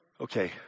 Okay